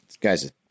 guys